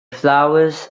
flowers